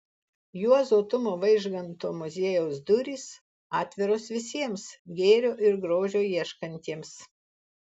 juozo tumo vaižganto muziejaus durys atviros visiems gėrio ir grožio ieškantiems